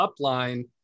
upline